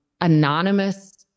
anonymous